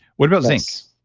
what about zinc?